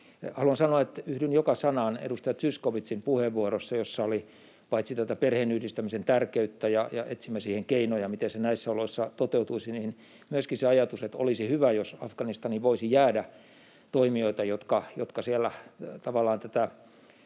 Haluan sanoa, että yhdyn joka sanaan edustaja Zyskowiczin puheenvuorossa, jossa oli paitsi tätä perheenyhdistämisen tärkeyttä — ja etsimme siihen keinoja, miten se näissä oloissa toteutuisi — myöskin se ajatus, että olisi hyvä, jos Afganistaniin voisi jäädä toimijoita, jotka siellä tavallaan